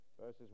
verses